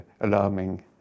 alarming